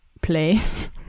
place